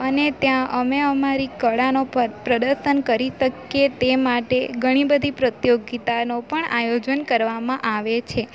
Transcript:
અને ત્યાં અમે અમારી કળાનું પ્ર પ્રદર્શન કરી શકીએ તે માટે ઘણી બધી પ્રતિયોગીતાનું પણ આયોજન કરવામાં આવે છે